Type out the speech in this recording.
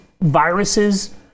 viruses